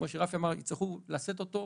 כמו שרפי אמר, יצטרכו לשאת אותו.